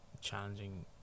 challenging